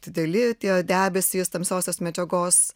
dideli tie debesys tamsiosios medžiagos